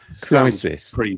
Crisis